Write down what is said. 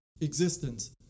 existence